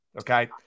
okay